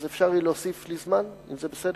אז אפשר להוסיף לי זמן, אם זה בסדר?